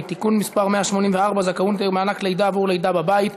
(תיקון מס' 184) (זכאות למענק לידה עבור לידה בבית),